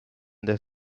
their